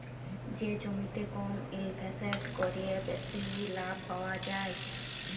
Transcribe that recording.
যে জমিতে কম ইলভেসেট ক্যরে বেশি লাভ পাউয়া যায়